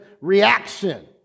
reaction